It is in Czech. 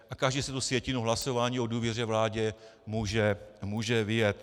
A každý si tu sjetinu hlasování o důvěře vládě může vyjet.